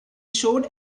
showed